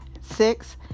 Six